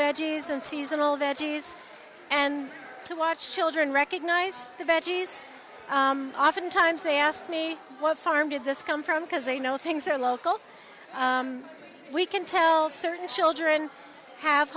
veggies and seasonal veggies and to watch children recognize the veggies oftentimes they ask me what farm did this come from because they know things are local we can tell certain children have